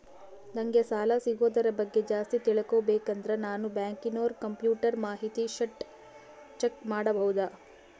ನಂಗೆ ಸಾಲ ಸಿಗೋದರ ಬಗ್ಗೆ ಜಾಸ್ತಿ ತಿಳಕೋಬೇಕಂದ್ರ ನಾನು ಬ್ಯಾಂಕಿನೋರ ಕಂಪ್ಯೂಟರ್ ಮಾಹಿತಿ ಶೇಟ್ ಚೆಕ್ ಮಾಡಬಹುದಾ?